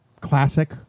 classic